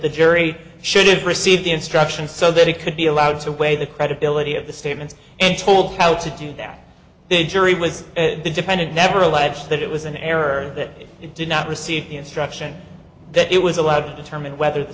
the jury should have received the instruction so that he could be allowed to weigh the credibility of the statements and told how to do that they jury was the dependent never allege that it was an error that he did not receive instruction that it was allowed to determine whether the